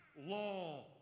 law